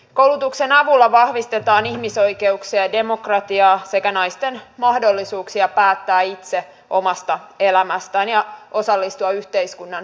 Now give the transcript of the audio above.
koulutuksen avulla vahvistetaan ihmisoikeuksia ja demokratiaa sekä naisten mahdollisuuksia päättää itse omasta elämästään ja osallistua yhteiskunnan päätöksentekoon